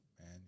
man